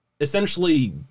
essentially